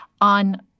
on